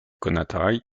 konataj